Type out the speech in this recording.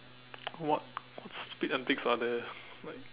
what stupid antics are there like